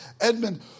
Edmund